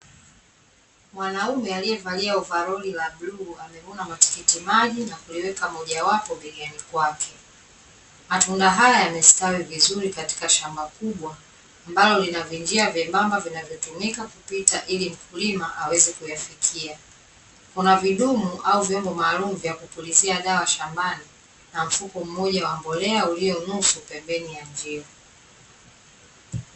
Mwanaume aliyevalia ovaroli la bluu amevuna matikiti maji na kuliweka mojawapo begani kwake. Matunda haya yamestawi vizuri katika shamba kubwa, ambalo lina vinjia vyembamba vinavyotumika kupita, ili mkulima aweze kuyafikia. Kuna vidumu au vyombo maalumu vya kupulizia dawa shambani, na mfuko mmoja wa mbolea ulioko nusu pembeni ya njia.